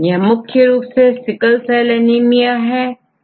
यह मुख्य रूप से सिकल सेल एनीमिया है